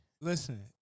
Listen